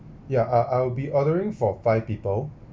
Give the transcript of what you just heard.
ya uh I'll be ordering for five people